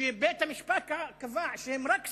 שבית-המשפט קבע שהם רק סייעו,